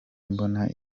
mbona